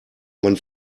mann